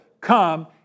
come